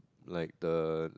like the